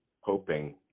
hoping